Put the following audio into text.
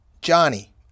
johnny